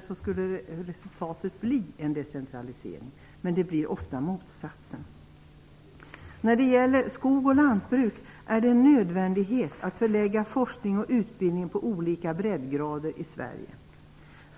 skulle resultatet bli en decentralisering, men det blir ofta motsatsen. När det gäller skogs och lantbruk är det en nödvändighet att förlägga forskning och utbildning till olika breddgrader i Sverige.